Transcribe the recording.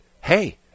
hey